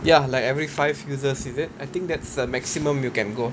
ya like every five uses is it I think that's the maximum you can go